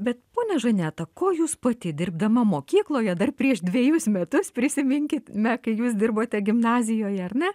bet ponia žaneta ko jūs pati dirbdama mokykloje dar prieš dvejus metus prisiminkit me kai jūs dirbote gimnazijoje ar ne